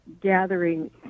gathering